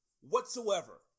whatsoever